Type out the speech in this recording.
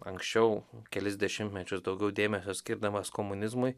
anksčiau kelis dešimtmečius daugiau dėmesio skirdamas komunizmui